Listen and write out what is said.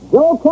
Joe